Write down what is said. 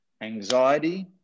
anxiety